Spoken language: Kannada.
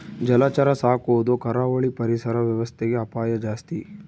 ಜಲಚರ ಸಾಕೊದು ಕರಾವಳಿ ಪರಿಸರ ವ್ಯವಸ್ಥೆಗೆ ಅಪಾಯ ಜಾಸ್ತಿ